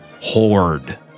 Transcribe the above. Horde